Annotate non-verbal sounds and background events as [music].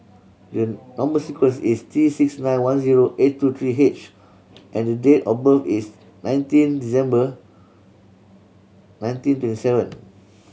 [unintelligible] number sequence is T six nine one zero eight two three H and the date of birth is nineteen December nineteen twenty seven